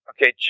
Okay